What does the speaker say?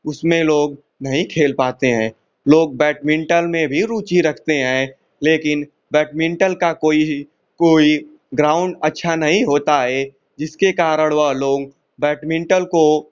उसमें लोग नहीं खेल पाते हैं लोग बैटमिन्टल में भी रुचि रखते हैं लेकिन बैटमिन्टल का कोई कोई ग्राउन्ड अच्छा नहीं होता है जिसके कारण वह लोंग बैटमिन्टल को